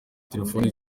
telefoni